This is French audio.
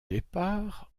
départ